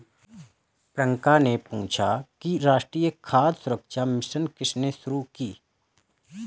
प्रियंका ने पूछा कि राष्ट्रीय खाद्य सुरक्षा मिशन किसने शुरू की?